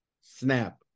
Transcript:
snap